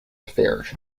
affairs